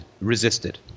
resisted